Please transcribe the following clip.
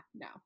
no